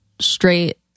straight